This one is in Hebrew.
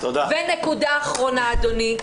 נקודה אחרונה אדוני.